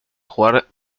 jugar